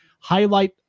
highlight